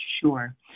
Sure